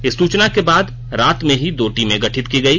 इस सूचना के बाद रात में ही दो टीमें गठित की गई